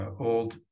old